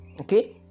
Okay